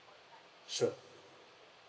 sure